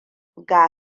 ga